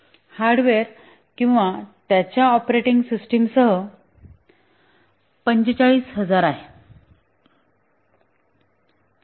hardware आणि त्याच्या operating system आणि इत्यादीसह 45000 आहे